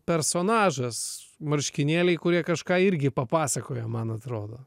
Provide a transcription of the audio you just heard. personažas marškinėliai kurie kažką irgi papasakojo man atrodo